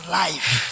life